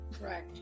Right